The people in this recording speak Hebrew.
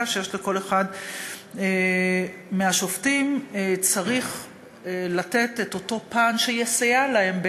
שיש לכל אחד מהשופטים צריך לתת את אותו פן שיסייע להם,